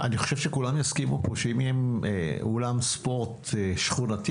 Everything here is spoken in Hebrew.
אני חושב שכולם יסכימו פה שאם יהיה אולם ספורט שכונתי